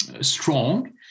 strong